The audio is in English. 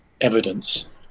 evidence